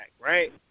right